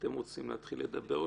אתם רוצים להתחיל לדבר?